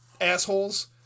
assholes